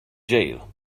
jail